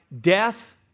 death